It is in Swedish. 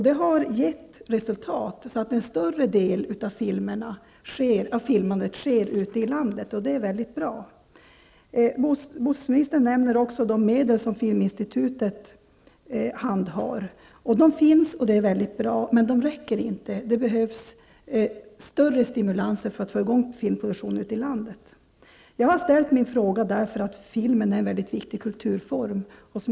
Detta har gett resultat på så sätt att en större del av filmandet sker ute i landet, och det är mycket bra. Birgit Friggebo nämner också de medel som Filminstitutet handhar. Dessa medel finns, och det är mycket bra. Men de räcker inte. Det behövs större stimulanser för att få i gång filmproduktionen ute i landet. Jag har ställt min fråga därför att filmen är en mycket viktig kulturform.